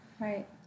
Right